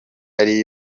ari